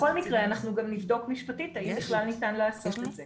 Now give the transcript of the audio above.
בכל מקרה אנחנו גם נבדוק משפטית האם בכלל ניתן לעשות את זה.